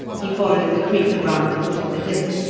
he followed the creek round the foot of the hill,